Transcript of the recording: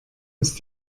ist